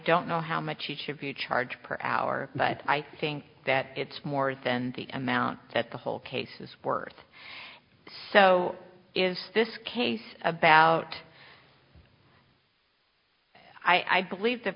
don't know how much each of you charge per hour but i think that it's more than the amount that the whole case is worth so if this case about i believe th